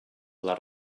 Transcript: les